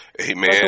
Amen